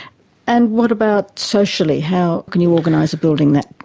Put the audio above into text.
and what about socially how can you organise a building that